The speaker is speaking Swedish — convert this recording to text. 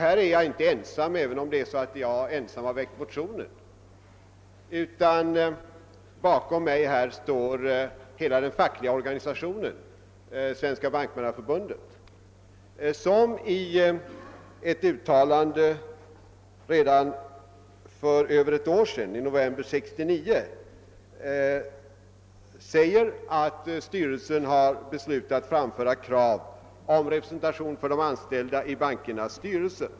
Här är jag inte ensam även om jag ensam har väckt motionen — bakom mig står hela den fackliga organisationen, Svenska bankmannaförbundet, som i ett uttalande för mer än ett år sedan, i november 1969, framförde krav på representation för de anställda i bankernas styrelser.